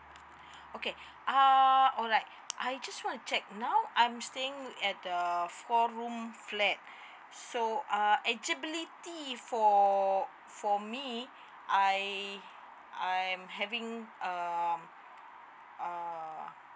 okay uh alright I just want to check now I'm staying at the four room flat so uh eligibility for for me I I am having um err